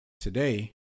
today